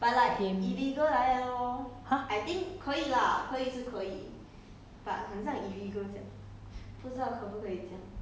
orh 你可以外面买不一定要跟那个 authorised 的 sh~ game !huh!